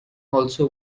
also